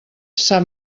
sap